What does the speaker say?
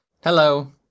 Hello